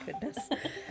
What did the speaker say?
goodness